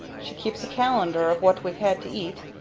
she keeps a calendar of what we've had to eat,